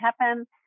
happen